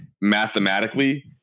mathematically